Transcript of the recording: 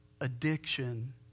Addiction